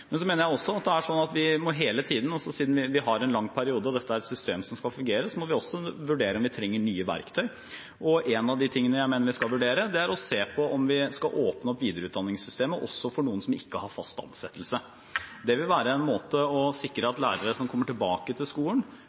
Så mener jeg at siden vi har en lang periode, og dette er et system som skal fungere, må vi hele tiden vurdere om vi trenger nye verktøy, og noe av det jeg mener vi skal vurdere, er om vi skal se på om vi skal åpne opp videreutdanningssystemet også for noen som ikke har fast ansettelse. Det vil være en måte som sikrer at lærere som kommer tilbake til skolen, også kan få en mulighet til videreutdanning før de får fast ansettelse på skolen. Så må det også sies at skolen